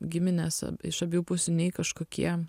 giminės iš abiejų pusių nei kažkokie